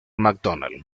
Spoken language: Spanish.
macdonald